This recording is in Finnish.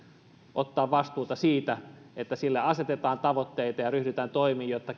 ottaa vastuuta siitä että kierrätysasteen nostamiselle asetetaan tavoitteita ja ryhdytään toimiin jotta